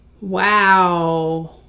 Wow